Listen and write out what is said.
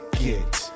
get